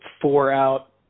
four-out